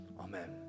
Amen